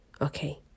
okay